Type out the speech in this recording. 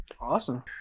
Awesome